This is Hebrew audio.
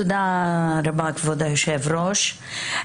תודה רבה, כבוד היושב-ראש.